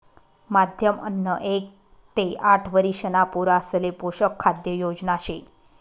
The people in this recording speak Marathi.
माध्यम अन्न एक ते आठ वरिषणा पोरासले पोषक खाद्य योजना शे